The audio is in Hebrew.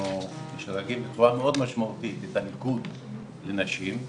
אנחנו שמים בצורה מאוד משמעותית את הניקוד לנשים.